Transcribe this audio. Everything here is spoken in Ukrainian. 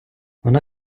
вона